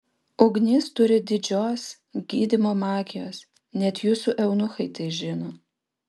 ugnis turi didžios gydymo magijos net jūsų eunuchai tai žino